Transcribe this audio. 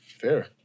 Fair